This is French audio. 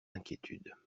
inquiétudes